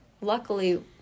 luckily